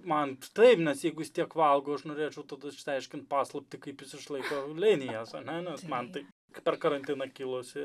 man taip nes jeigu jis tiek valgo aš norėčiau tada išsiaiškint paslaptį kaip jis išlaiko linijas ane nes man tai per karantiną kilusi